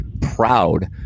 proud